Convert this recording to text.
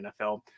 NFL